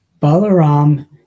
Balaram